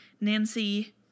Nancy